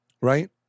right